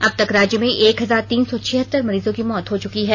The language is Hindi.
अब तक राज्य में एक हजार तीन सौ छिहत्तर मरीजों की मौत हो चुकी है